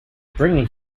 bringing